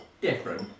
Different